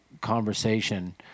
conversation